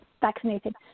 vaccinated